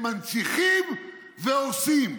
הם מנציחים והורסים.